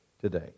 today